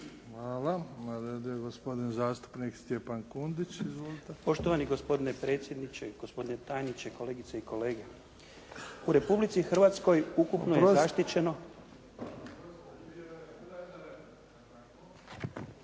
Hvala. Na redu je gospodin zastupnik Stjepan Kundić. Izvolite. **Kundić, Stjepan (HDZ)** Poštovani gospodine predsjedniče, gospodine tajniče, kolegice i kolege. U Republici Hrvatskoj ukupno je zaštićeno